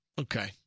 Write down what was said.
Okay